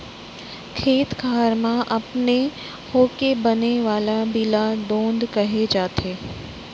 खेत खार म अपने होके बने वाला बीला दोंद कहे जाथे